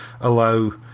allow